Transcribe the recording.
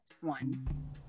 one